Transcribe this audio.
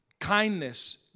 kindness